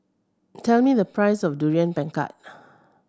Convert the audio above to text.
tell me the price of Durian Pengat